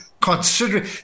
consider